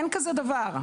אין כזה דבר.